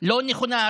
ולא נכונה.